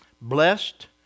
blessed